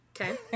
Okay